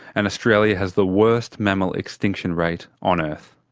and australia has the worst mammal extinction rate on earth.